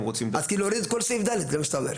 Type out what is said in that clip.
אז להוריד את כל סעיף (ד), זה מה שאתה אומר.